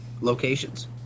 locations